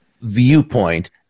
viewpoint